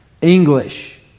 English